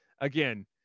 again